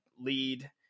lead